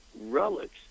relics